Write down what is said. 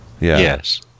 Yes